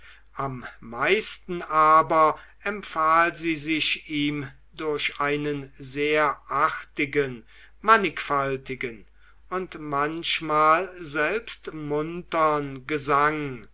am meisten aber empfahl sie sich ihm durch einen sehr artigen mannigfaltigen und manchmal selbst muntern gesang